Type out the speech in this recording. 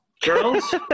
Girls